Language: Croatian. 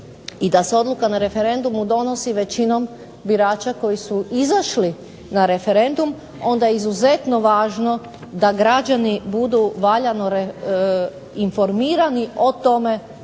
i da se odluka na referendumu donosi većinom birača koji su izašli na referendum, onda izuzetno važno da građani budu valjano informirani o tome